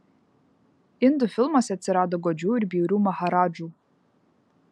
indų filmuose atsirado godžių ir bjaurių maharadžų